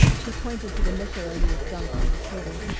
he pointed to the miscellany of junk on the table.